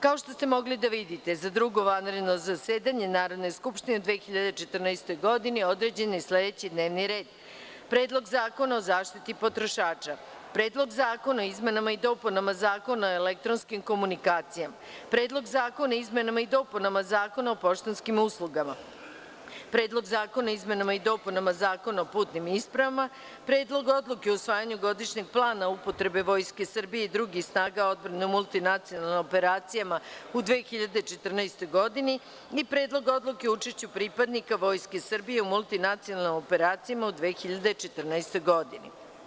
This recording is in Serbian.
Kao što ste mogli da vidite, za Drugo vanredno zasedanje Narodne skupštine u 2014. godini određen je sledeći: D n e v n ir e d 1. Predlog zakona o zaštiti potrošača; 2. Predlog zakona o izmenama i dopunama Zakona o elektronskim komunikacijama; 3. Predlog zakona o izmenama i dopunama Zakona o poštanskim uslugama; 4. Predlog zakona o izmenama i dopunama Zakona o putnim ispravama; 5. Predlog odluke o usvajanju Godišnjeg plana upotrebe Vojske Srbije i drugih snaga odbrane u multinacionalnim operacijama u 2014. godini; 6. Predlog odluke o učešću pripadnika Vojske Srbije u multinacionalnim operacijama u 2014. godini.